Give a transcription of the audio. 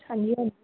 ਹਾਂਜੀ ਹਾਂ